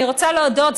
אני רוצה להודות,